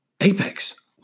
Apex